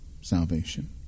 salvation